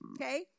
okay